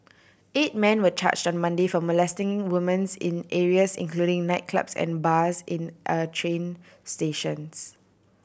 eight men were charged on Monday for molesting women's in areas including nightclubs and bars in a train stations